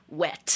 wet